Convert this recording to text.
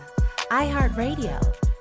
iHeartRadio